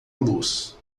luz